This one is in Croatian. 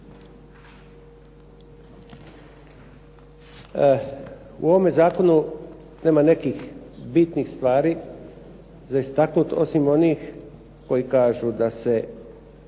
U ovome zakonu nema nekih bitnih stvari za istaknut, osim onih koji kažu da se